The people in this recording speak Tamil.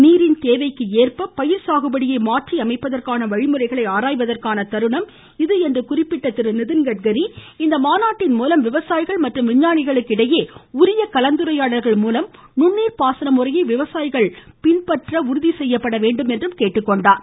நீரின் தேவைக்கேற்ப பயிர் சாகுபடியை மாற்றுவதற்கான வழிமுறைகளை ஆராய்வதற்கான தருணம் இது என்று குறிப்பிட்ட அவர் இந்த மாநாட்டின் மூலம் விவசாயிகள் மற்றும் விஞ்ஞானிகளுக்கு இடையே உரிய கலந்துரையாடல்கள் மூலம் நுண்ணீர் பாசனமுறையை விவசாயிகள் பின்பற்றுவது உறுதி செய்யப்பட வேண்டும் என்று கேட்டுக்கொண்டார்